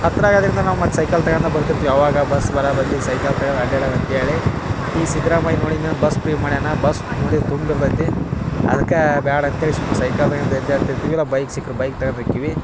ಹತ್ರಾಗೋದ್ರಿಂದ ನಾವು ಮತ್ತು ಸೈಕಲ್ ತಗಂದ ಬರ್ತಿರ್ತೀವಿ ಆವಾಗ ಬಸ್ ಬರ ಬದ್ಲು ಸೈಕಲ್ ತಗಂಡು ಅಡ್ಯಾಡನ ಅಂತ್ಹೇಳಿ ಈ ಸಿದ್ರಾಮಯ್ಯನ್ನು ನೋಡಿ ನಾ ಬಸ್ ಫ್ರೀ ಮಾಡ್ಯಾನ ಬಸ್ ನೋಡಿದ ತುಂಬಿರ್ತೈತಿ ಅಕ್ಕೆ ಬ್ಯಾಡ ಅಂತ್ಹೇಳಿ ಸುಮ್ಮನೆ ಸೈಕಲ್ ತಗಂಡು ಅಡ್ಯಾಡ್ತಿರ್ತೀವಿ ಇಲ್ಲ ಬೈಕ್ ಸಿಕ್ಕರೆ ಬೈಕ್ ತಗಂಡು ಹೋಕ್ಕಿವಿ